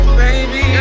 baby